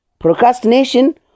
Procrastination